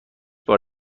بار